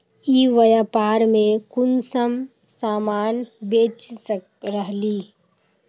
ई व्यापार में कुंसम सामान बेच रहली?